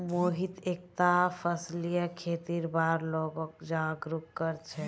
मोहित एकता फसलीय खेतीर बार लोगक जागरूक कर छेक